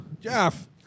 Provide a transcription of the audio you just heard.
Jeff